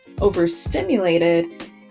overstimulated